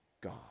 God